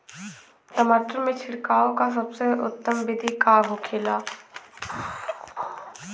टमाटर में छिड़काव का सबसे उत्तम बिदी का होखेला?